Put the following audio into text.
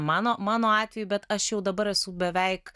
mano mano atveju bet aš jau dabar esu beveik